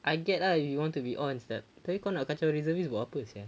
I get lah if you want to be ons but tapi ko nak kacau reservists buat apa sia